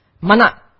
mana